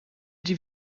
die